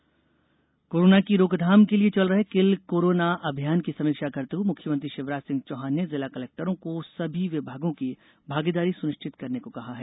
किल corona corona की रोकथाम के लिए चल रहे किल कोरोना अभियान की समीक्षा करते हुए मुख्यमंत्री शिवराज सिंह चौहान ने जिला कलेक्टरों को सभी विभागों की भागीदारी सुनिश्चत करने को कहा है